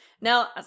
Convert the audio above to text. Now